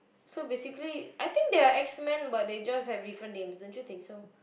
so basically I think they are X Men but they just have different names don't you think so